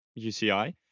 UCI